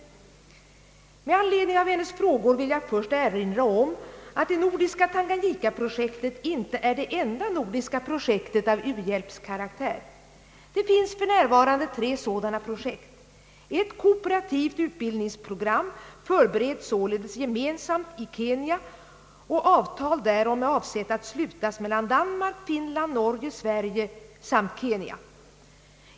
Med anledning av hennes frågor vill jag först erinra om att det nordiska Tanganyika-projektet inte är det enda nordiska projektet av u-hjälpskaraktär. Det finns för närvarande tre sådana projekt. Ett kooperativt utbildningsprogram förbereds sålunda gemensamt i Kenya och avtal därom är avsett att slutas mellan Danmark-Finland-Norge Sverige samt Kenya.